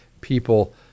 people